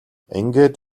ингээд